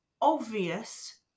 obvious